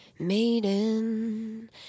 Maiden